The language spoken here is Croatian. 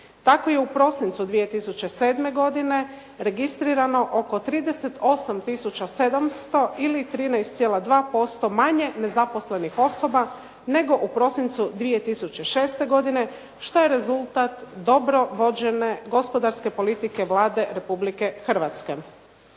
Tako je u prosincu 2007. godine registrirano oko 38 tisuća 700 ili 13,2% manje nezaposlenih osoba nego u prosincu 2006. godine što je rezultat dobro vođene gospodarske politike Vlade Republike Hrvatske.